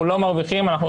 אנחנו לא מרוויחים מהם,